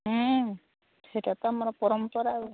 ସେଇଟା ତ ଆମର ପରମ୍ପରା ଆଉ